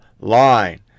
line